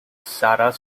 sarah